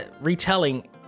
retelling